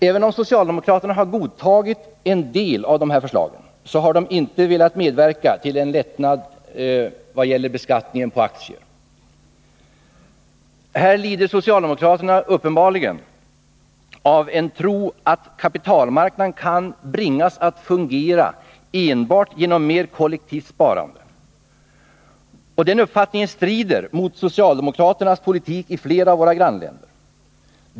Även om socialdemokraterna godtagit en del av dessa förslag har de inte velat medverka till en lättnad i beskattningen på aktier. Socialdemokraterna lider uppenbarligen av en tro att kapitalmarknaden kan bringas att fungera enbart genom mer kollektivt sparande. Den uppfattningen strider mot socialdemokraternas politik i flera av våra grannländer.